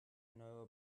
know